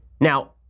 Now